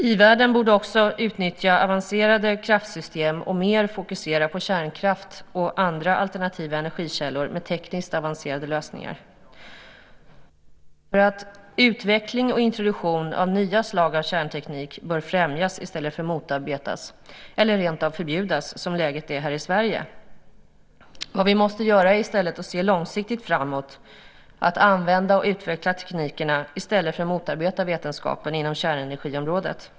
I-världen borde också utnyttja avancerade kraftsystem och mer fokusera på kärnkraft och andra alternativa energikällor med tekniskt avancerade lösningar, därför att utveckling och introduktion av nya slag av kärnteknik bör främjas i stället för att motarbetas, eller rentav förbjudas, som läget är här i Sverige. Vad vi måste göra är i stället att se långsiktigt framåt, att använda och utveckla teknikerna i stället för att motarbeta vetenskapen inom kärnenergiområdet.